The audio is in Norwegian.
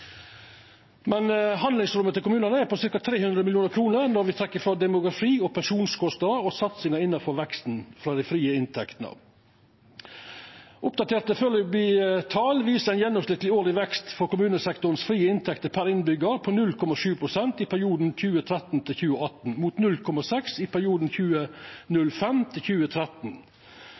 Men handlingsrommet til kommunane er på ca. 300 mill. kr når me trekkjer frå demografi og pensjonskostnader og satsinga innanfor veksten til dei frie inntektene. Oppdaterte foreløpige tal viser ein gjennomsnittleg årleg vekst for kommunesektoren sine frie inntekter per innbyggjar på 0,7 pst. i perioden 2013 til 2018, mot 0,6 pst. i perioden 2005 til 2013.